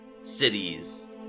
cities